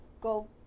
go